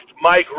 Mike